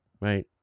right